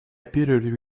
appeared